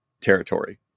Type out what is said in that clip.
territory